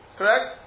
correct